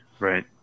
Right